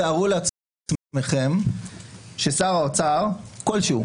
תארו לעצמכם ששר אוצר כלשהו,